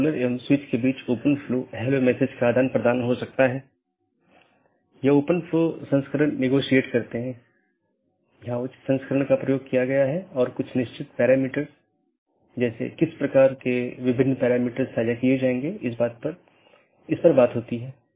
इसलिए यदि यह बिना मान्यता प्राप्त वैकल्पिक विशेषता सकर्मक विशेषता है इसका मतलब है यह बिना किसी विश्लेषण के सहकर्मी को प्रेषित किया जा रहा है